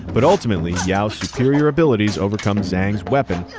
but ultimately, yeoh's superior abilities overcome zhang's weapons,